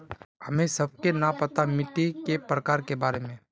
हमें सबके न पता मिट्टी के प्रकार के बारे में?